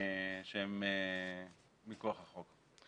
שהן מכוח החוק.